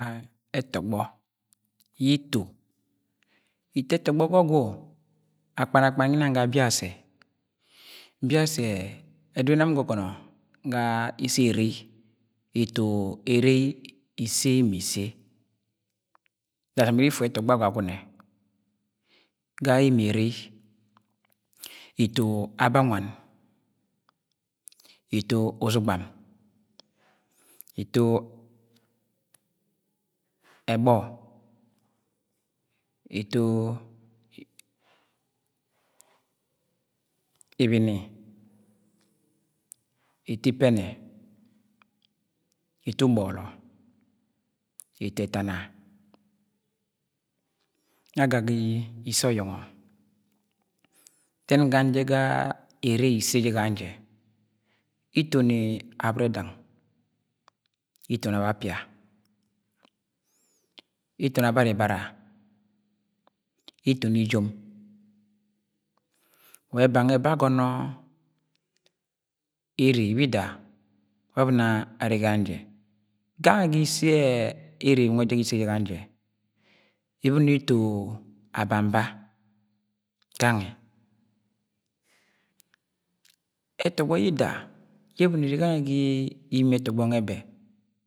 . ga ẹtọgbọ yi ito. ito ẹtọgbọ ga ọgwu o akpan–akpan ginang ga Biaẹ. Biasẹ ẹdudu yẹ nam ngọgọnọ ga ise Erei. ito Erei ise ma ise. dasam iri ifu ẹtọgbọ Agwagune. ga imi Erẹi ito Abawan. ito uzugbam. ito Ẹgbọ. ito Ibini. ito Ipẹnẹ ito umọlọ. ito Ẹtana. aga ga ise ọyọngọ. dẹn gang ga Erei ise jẹ gang je itoni Aberẹdang. itoni Abapia. ito ni Abaribara. ito ni Ijom. wa ẹba nwẹ bẹ agọnọ Erei bida be abọn arra gang jẹ gangẹ ga ise Erei nwẹ jẹ gang jẹ ibin ito Abamba gangẹ, ẹtọgbọ yida ye ẹbọni ere gangẹ ga imiẹ ẹtọgbọ nwe bẹ